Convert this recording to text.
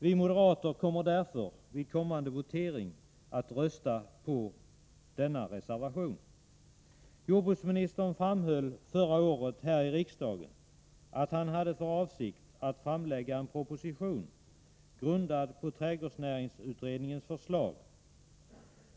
Vi moderater kommer därför vid kommande votering att rösta på denna reservation. Jordbruksministern framhöll förra året här i riksdagen att han hade för avsikt att framlägga en proposition, grundad på trädgårdsnäringsutredningens förslag.